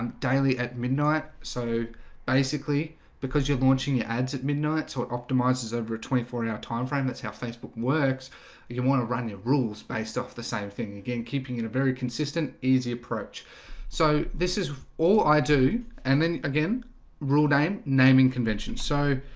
um daily at midnight so basically because you're launching your ads at midnight, so it optimizes over a twenty four hour time frame that's how facebook works. if you want to run your rules based off the same thing again keeping in a very consistent easy approach so this is all i do and then again rule name naming convention, so